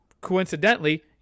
coincidentally